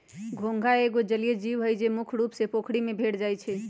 घोंघा एगो जलिये जीव हइ, जे मुख्य रुप से पोखरि में भेंट जाइ छै